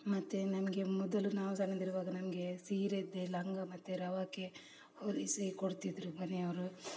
ಮತ್ತೆ ನಮಗೆ ಮೊದಲು ನಾವು ಸಣ್ಣದಿರುವಾಗ ನಮ್ಗೆ ಸೀರೆಯದ್ದೇ ಲಂಗ ಮತ್ತು ರವಿಕೆ ಹೊಲಿಸಿ ಕೊಡ್ತಿದ್ರು ಮನೆಯವರು